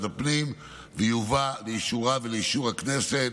הפנים ויובא לאישורה ולאישור הכנסת,